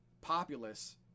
populace